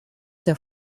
der